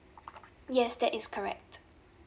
yes that is correct